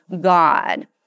God